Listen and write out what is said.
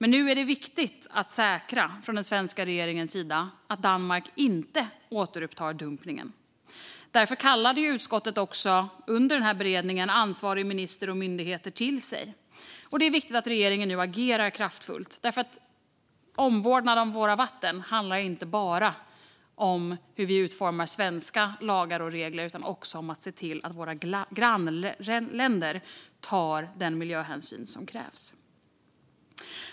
Nu är det viktigt att den svenska regeringen säkrar att Danmark inte återupptar dumpningen. Därför kallade utskottet under beredningen ansvarig minister och ansvariga myndigheter till sig. Det är viktigt att regeringen nu agerar kraftfullt, för omvårdnad om våra vatten handlar inte bara om hur vi utformar svenska lagar och regler utan också om att se till att våra grannländer tar den miljöhänsyn som krävs.